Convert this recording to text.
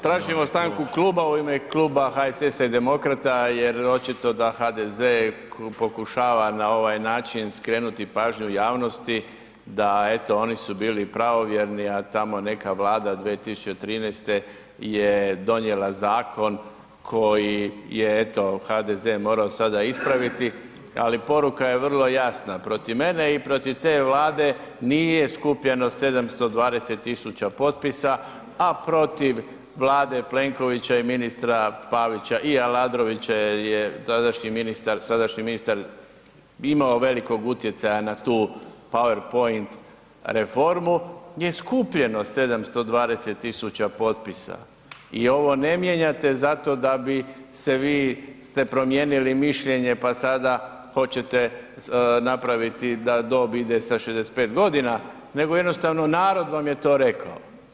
Tražimo stanku kluba u ime kluba HSS-a i demokrata jer očito da HDZ pokušava na ovaj način skrenuti pažnju javnosti da eto oni su bili pravovjerni a tamo neka Vlada 2013. je donijela zakon koji je eto HDZ morao sada ispraviti ali poruka je vrlo jasna, protiv mene i protiv te Vlade nije skupljeno 720 000 potpisa a protiv Vlade Plenkovića i ministra Pavića i Aladrovića jer je tadašnji ministar imao velikog utjecaja na tu PowerPoint reformu je skupljeno 720 000 potpisa i ovo ne mijenjate zato da ste vi promijenili mišljenje pa sada hoćete napraviti da dob ide sa 65 g. nego jednostavno narod vam je to rekao.